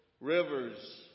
rivers